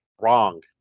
Wrong